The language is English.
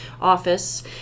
office